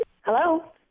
Hello